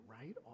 right